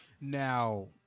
Now